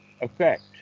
effect